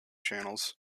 channels